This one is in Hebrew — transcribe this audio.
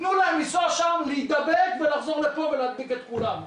תנו להם לנסוע שמה להידבק לחזור לפה ולהדביק את כולם.